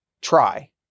try